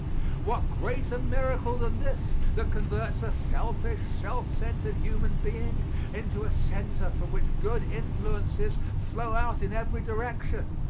what greater miracle than this, that converts a selfish, self-centered human being into a center from which good influences flow out in every direction!